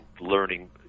learning